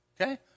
okay